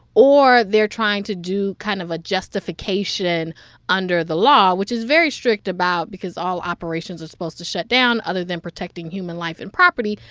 or they're trying to do kind of a justification under the law, which is very strict about because all operations are supposed to shut down other other than protecting human life and property.